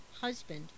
husband